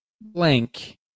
blank